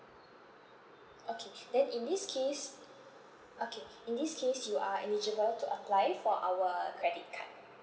okay then in this case okay in this case you are eligible to apply for our credit card